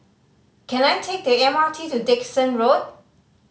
can I take the M R T to Dickson Road